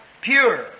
pure